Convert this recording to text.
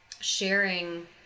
sharing